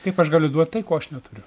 kaip aš galiu duot tai ko aš neturiu